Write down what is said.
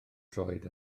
droed